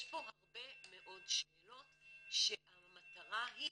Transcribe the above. יש פה הרבה מאוד שאלות שהמטרה היא